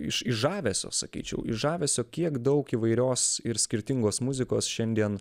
iš iš žavesio sakyčiau iš žavesio kiek daug įvairios ir skirtingos muzikos šiandien